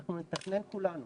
אנחנו נתכנן כולנו